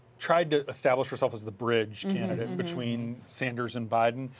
tried to establish yourself as a bridge between sanders and biden.